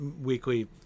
weekly